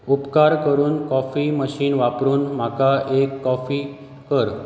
उपकार करून coffee machine वापरून म्हाका एक कॉफी कर